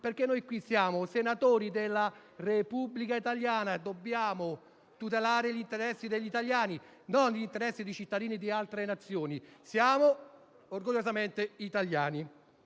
perché noi qui siamo senatori della Repubblica italiana e dobbiamo tutelare gli interessi degli italiani, e non gli interessi di cittadini di altre Nazioni. Siamo orgogliosamente italiani.